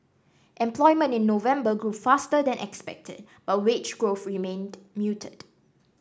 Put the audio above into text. employment in November grew faster than expected but wage growth remained muted